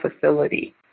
facility